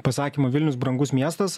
pasakymo vilnius brangus miestas